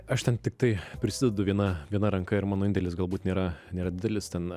aš ten tiktai prisidedu viena viena ranka ir mano indėlis galbūt nėra nėra didelis ten